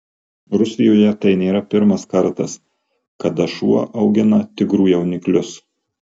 rusijoje tai nėra pirmas kartas kada šuo augina tigrų jauniklius